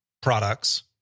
products